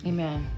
Amen